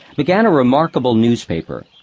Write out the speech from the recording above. began a remarkable newspaper,